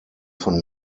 von